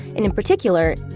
and in particular,